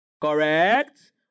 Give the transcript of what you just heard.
Correct